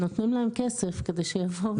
נותנים להם כסף כדי שיבואו.